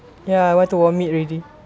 ya I want to vomit already